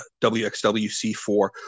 WXWC4